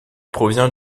provient